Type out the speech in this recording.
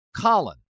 Colin